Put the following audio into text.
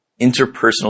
interpersonal